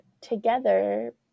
together